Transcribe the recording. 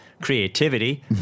creativity